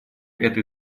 этой